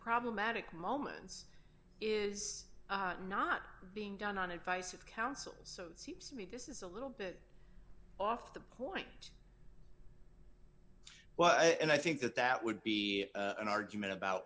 problematic moments is not being done on advice of counsel so that seems to me this is a little bit off the point but i think that that would be an argument about